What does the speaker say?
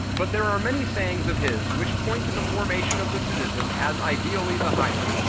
but there are many sayings of his which point to the formation of the citizen as ideally the higher,